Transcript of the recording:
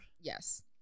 yes